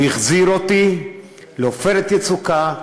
הוא החזיר אותי ל"עופרת יצוקה",